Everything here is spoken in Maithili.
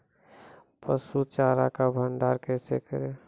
पसु चारा का भंडारण कैसे करें?